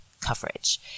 coverage